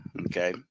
Okay